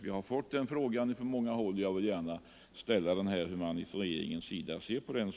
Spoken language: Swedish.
Jag har fått frågor om detta från många håll, och jag vill gärna föra fram saken här för att få veta hur regeringen ser på detta.